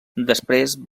després